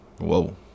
Whoa